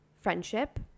friendship